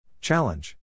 Challenge